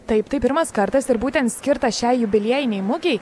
taip tai pirmas kartas ir būtent skirta šiai jubiliejinei mugei